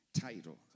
title